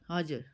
हजुर